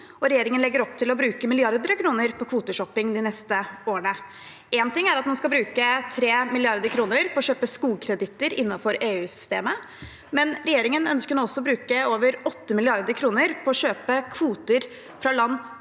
regjeringen legger opp til å bruke milliarder av kroner på kvoteshopping de neste årene. Én ting er at man skal bruke 3 mrd. kr på å kjøpe skog kreditter innenfor EU-systemet, men regjeringen ønsker nå også å bruke over 8 mrd. kr på å kjøpe kvoter fra land